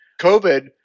COVID